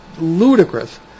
ludicrous